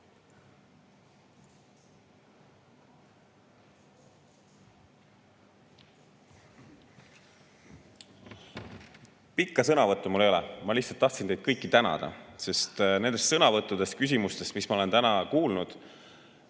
Pikka sõnavõttu mul ei ole. Ma lihtsalt tahtsin teid kõiki tänada, sest nende sõnavõttude ja küsimuste põhjal, mis ma olen täna kuulnud,